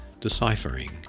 Deciphering